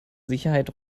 sicherheit